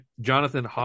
Jonathan